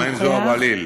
ומה עם זוהיר בהלול?